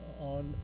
on